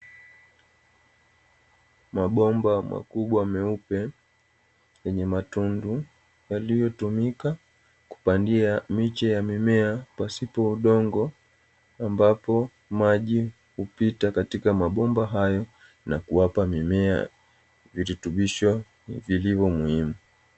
Mabomba makubwa meupe yenye matundu yaliyotumika kupandia miche ya mimea pasipo udongo, ambapo maji hupita katika mabomba hayo na kuwapa mimea virutubisho vilivyo muhimu.